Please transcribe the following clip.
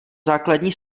základní